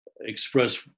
express